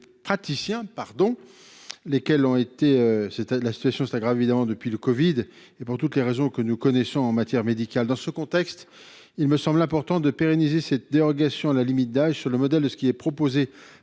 Lesquels ont été c'était la situation s'aggrave évidemment depuis le Covid et pour toutes les raisons que nous connaissons en matière médicale. Dans ce contexte, il me semble important de pérenniser cette dérogation à la limite d'âge sur le modèle de ce qui est proposé